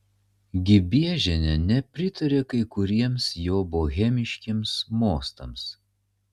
gibiežienė nepritaria kai kuriems jo bohemiškiems mostams